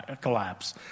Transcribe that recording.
collapse